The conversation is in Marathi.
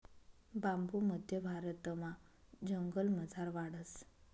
बांबू मध्य भारतमा जंगलमझार वाढस